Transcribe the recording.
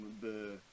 the-